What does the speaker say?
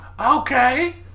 Okay